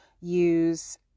use